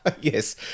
yes